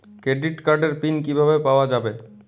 Credit কার্ডের PIN কিভাবে পাওয়া যাবে?